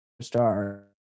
star